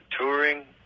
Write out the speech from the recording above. touring